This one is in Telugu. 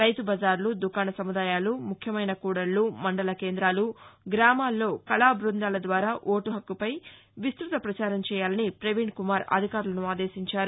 రైతు బజార్లు దుకాణ సముదాయాలు ముఖ్యమైన కూడళ్ళు మండల కేందాలు గ్రామాల్లో కళాబ్బందాల ద్వారా ఓటు హక్కుపై విస్తృత పచారం చేయాలని పవీణ్కుమార్ అధికారులను ఆదేశించారు